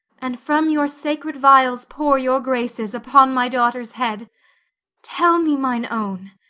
and from your sacred vials pour your graces upon my daughter's head tell me, mine own,